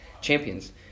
Champions